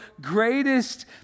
greatest